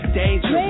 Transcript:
danger